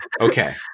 Okay